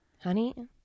Honey